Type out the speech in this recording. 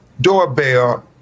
doorbell